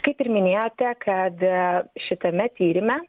kaip ir minėjote kad šitame tyrime